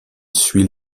suit